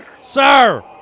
Sir